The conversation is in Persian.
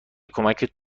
کمک